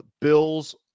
Bill's